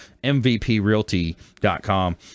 mvprealty.com